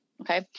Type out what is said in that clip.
Okay